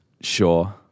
Sure